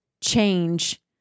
change